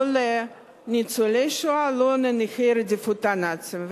לא לניצולי שואה ולא לנכי רדיפות הנאצים.